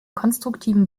konstruktiven